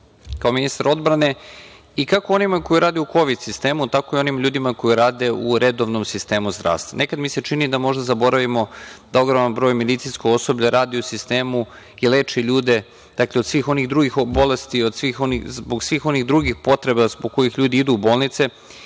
kao ministar odbrane, i kako onima koji rade u Kovid sistemu, tako i onim ljudima koji rade u redovnom sistemu zdravstva. Nekad mi se čini da možda zaboravimo da ogroman broj medicinskog osoblja radi u sistemu i leči ljude od svih onih drugih bolesti, zbog svih onih drugih potreba zbog kojih ljudi idu u bolnice